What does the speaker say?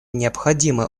необходимо